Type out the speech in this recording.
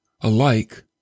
alike